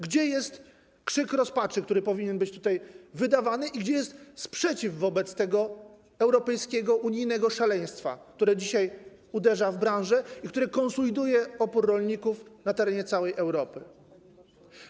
Gdzie jest krzyk rozpaczy, który powinien być tutaj wydawany, i gdzie jest sprzeciw wobec tego europejskiego, unijnego szaleństwa, które dzisiaj uderza w branżę i które konsoliduje opór rolników na terenie całej Europy?